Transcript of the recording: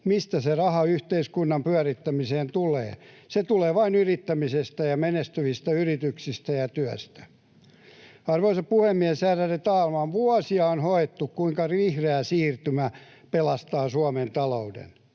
mistä se raha yhteiskunnan pyörittämiseen tulee. Se tulee vain yrittämisestä ja menestyvistä yrityksistä ja työstä. Arvoisa puhemies, ärade talman! Vuosia on hoettu, kuinka vihreä siirtymä pelastaa Suomen talouden,